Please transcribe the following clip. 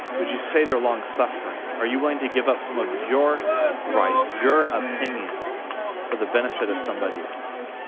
would you say their long-suffering? are you willing to give up some of your rights your opinions for the benefit of somebody else?